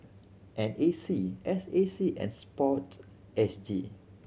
N A C S A C and SPORTSG